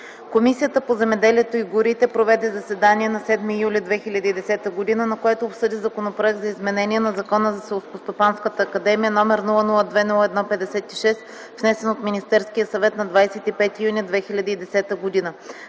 Комисията по земеделието и горите проведе заседание на 7 юли 2010 г., на което обсъди Законопроект за изменение на Закона за Селскостопанската академия № 002-01-56, внесен от Министерския съвет на 25 юни 2010 г.